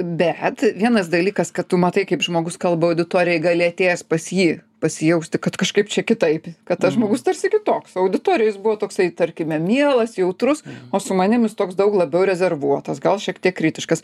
bet vienas dalykas kad tu matai kaip žmogus kalba auditorijoj gali atėjęs pas jį pasijausti kad kažkaip čia kitaip kad tas žmogus tarsi kitoks auditorijoj jis buvo toksai tarkime mielas jautrus o su manim jis toks daug labiau rezervuotas gal šiek tiek kritiškas